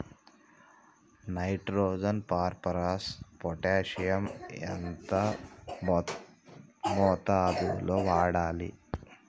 Nitrogen phosphorus potassium ఎంత మోతాదు లో వాడాలి?